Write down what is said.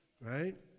Right